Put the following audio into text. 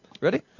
Ready